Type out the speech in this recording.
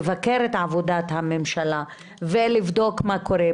לבקר את עבודת הממשלה ולבדוק מה קורה,